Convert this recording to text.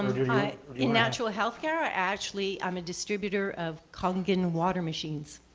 in natural healthcare. i actually am a distributor of kangen water machines.